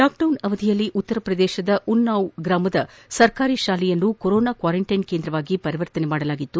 lockdown ಅವಧಿಯಲ್ಲಿ ಉತ್ತರ ಪ್ರದೇಶದ ಉನ್ನಾವ್ ಗ್ರಾಮದ ಸರ್ಕಾರಿ ಶಾಲೆಯನ್ನು ಕೊರೊನಾ ಕ್ವಾರಂಟೈನ್ ಕೇಂದ್ರವನ್ನಾಗಿ ಪರಿವರ್ತಿಸಲಾಗಿತ್ತು